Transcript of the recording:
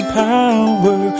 power